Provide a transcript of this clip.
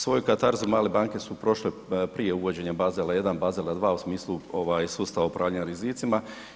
Svoju katarzu male banke su prošle prije uvođenja Basel 1, Basela 2 u smislu sustava upravljanja rizicima.